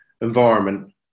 environment